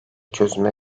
çözüme